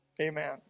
Amen